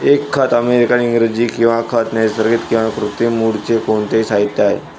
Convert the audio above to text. एक खत अमेरिकन इंग्रजी किंवा खत नैसर्गिक किंवा कृत्रिम मूळचे कोणतेही साहित्य आहे